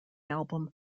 album